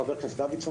חבר הכנסת דוידסון,